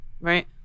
Right